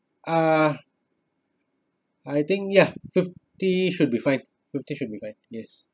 ah I think ya fifty should be fine fifty should be fine yes